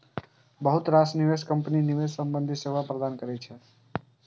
बहुत रास निवेश कंपनी निवेश संबंधी सेवा प्रदान करै छै